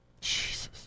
Jesus